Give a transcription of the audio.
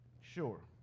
Sure